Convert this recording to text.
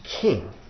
king